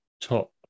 top